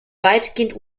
weitgehend